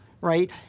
right